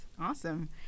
awesome